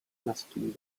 maschili